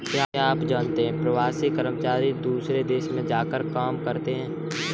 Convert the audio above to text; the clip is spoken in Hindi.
क्या आप जानते है प्रवासी कर्मचारी दूसरे देश में जाकर काम करते है?